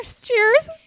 Cheers